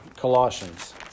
Colossians